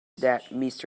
that